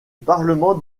parlement